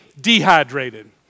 dehydrated